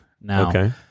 Now